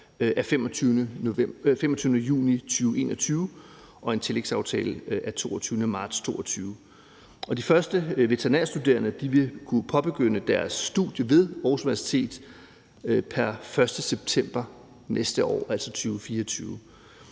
25. juni 2021 og en tillægsaftale af 22. marts 2022. De første veterinærstuderende vil kunne påbegynde deres studie ved Aarhus Universitet pr. 1. september næste år, altså 2024.